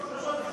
יש בקשות דיבור.